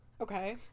Okay